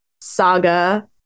saga